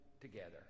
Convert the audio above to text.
together